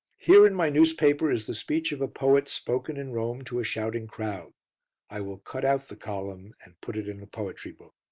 here in my newspaper is the speech of a poet spoken in rome to a shouting crowd i will cut out the column and put it in the poetry book.